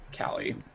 Callie